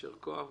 יישר כוח ותודה.